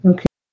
Okay